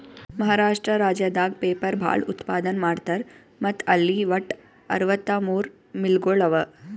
ಮಹಾರಾಷ್ಟ್ರ ರಾಜ್ಯದಾಗ್ ಪೇಪರ್ ಭಾಳ್ ಉತ್ಪಾದನ್ ಮಾಡ್ತರ್ ಮತ್ತ್ ಅಲ್ಲಿ ವಟ್ಟ್ ಅರವತ್ತಮೂರ್ ಮಿಲ್ಗೊಳ್ ಅವಾ